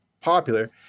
popular